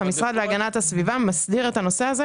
והמשרד להגנת הסביבה מסדיר את הנושא הזה,